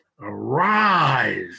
arise